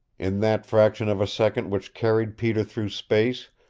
in that fraction of a second which carried peter through space,